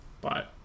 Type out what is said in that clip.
Bye